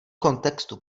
kontextu